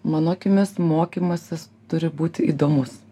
mano akimis mokymasis turi būti įdomus